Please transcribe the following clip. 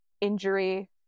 injury